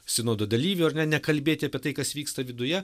sinodo dalyvio ar ne nekalbėti apie tai kas vyksta viduje